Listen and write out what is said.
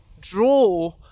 draw